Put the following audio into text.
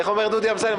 איך אומר דודי אמסלם?